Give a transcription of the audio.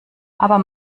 aber